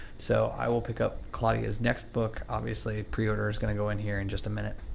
so, i will pick up claudia's next book, obviously. preorder's gonna go in here in just a minute.